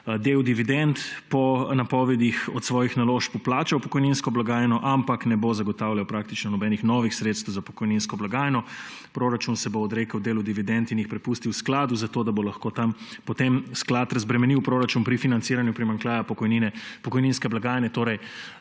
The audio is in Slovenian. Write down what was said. del dividend, po napovedih, od svojih naložb vplačal v pokojninsko blagajno, ampak ne bo zagotavljal praktično nobenih novih sredstev za pokojninsko blagajno. Proračun se bo odrekel delu dividend in jih prepustil skladu, zato da bo lahko tam potem sklad razbremenil proračun pri financiranju primanjkljaja pokojnine, pokojninske blagajne torej.